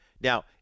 Now